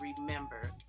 remember